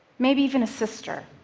maybe even a sister?